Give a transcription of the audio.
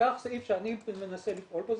ניקח סעיף שאני מנסה לפעול בו,